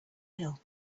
hill